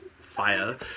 fire